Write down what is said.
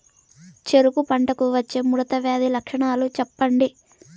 చెరుకు పంటకు వచ్చే ముడత వ్యాధి లక్షణాలు చెప్పండి?